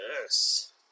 Yes